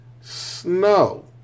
snow